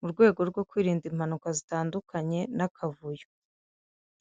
mu rwego rwo kwirinda impanuka zitandukanye n'akavuyo.